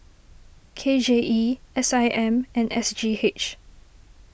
K J E S I M and S G H